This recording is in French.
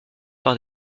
par